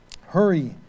Hurry